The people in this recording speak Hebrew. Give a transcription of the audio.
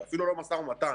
אפילו לא משא ומתן